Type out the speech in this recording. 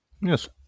Yes